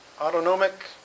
Autonomic